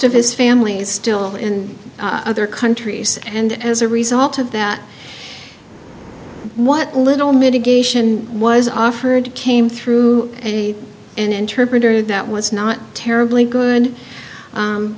of his family is still in other countries and as a result of that what little mitigation was offered came through an interpreter that was not terribly good